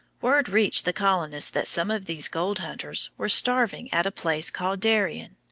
word reached the colonists that some of these gold hunters were starving at a place called darien,